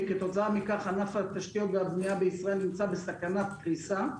וכתוצאה מכך ענף התשתיות והבנייה בישראל נמצא בסכנת קריסה.